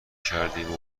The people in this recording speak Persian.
کردیم